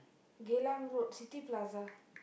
Geylang-Road City-Plaza